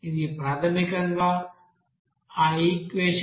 ఇది ప్రాథమికంగా ఆ ఈక్వెషన్